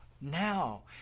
now